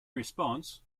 response